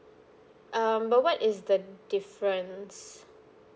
um but what is the difference